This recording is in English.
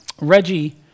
Reggie